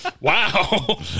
Wow